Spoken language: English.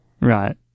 Right